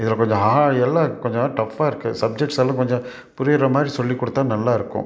இதில் கொஞ்சம் எல்லாம் கொஞ்சம் டஃபாக இருக்குது சப்ஜெக்ட்ஸ்ஸெல்லாம் கொஞ்சம் புரிகிற மாதிரி சொல்லிக் கொடுத்தா நல்லா இருக்கும்